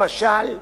למשל,